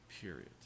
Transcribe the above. period